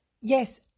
Yes